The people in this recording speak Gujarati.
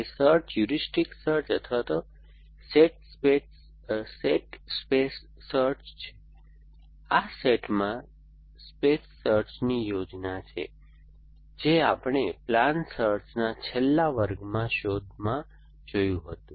તે સર્ચ હ્યુરિસ્ટિક સર્ચ અથવા સેટ સ્પેસ સર્ચ છે આ સેટમાં સ્પેસ સર્ચ ની યોજના છે જે આપણે પ્લાન સર્ચના છેલ્લા વર્ગની શોધમાં જોયુ હતું